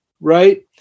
right